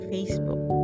Facebook